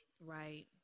Right